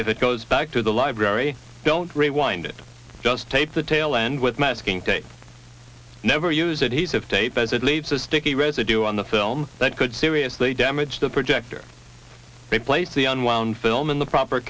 if it goes back to the library don't rewind it just tape the tail end with masking tape never use adhesive tape as it leaves a sticky residue on the film that could seriously damage the projector replace the unwound film in the proper